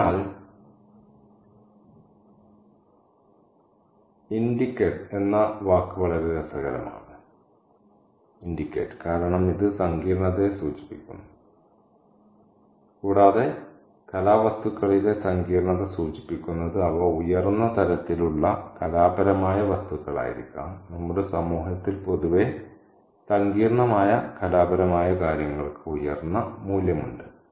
അതിനാൽ ഇന്ററികെട് എന്ന വാക്ക് വളരെ രസകരമാണ് കാരണം ഇത് സങ്കീർണ്ണതയെ സൂചിപ്പിക്കുന്നു കൂടാതെ കലാവസ്തുക്കളിലെ സങ്കീർണ്ണത സൂചിപ്പിക്കുന്നത് അവ ഉയർന്ന തരത്തിലുള്ള കലാപരമായ വസ്തുക്കളായിരിക്കാം നമ്മുടെ സമൂഹത്തിൽ പൊതുവെ സങ്കീർണ്ണമായ കലാപരമായ കാര്യങ്ങൾക്ക് ഉയർന്ന മൂല്യമുണ്ട്